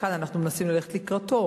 כאן אנחנו מנסים ללכת לקראתו,